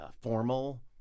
formal